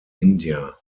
india